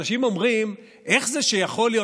אנשים אומרים: איך יכול להיות?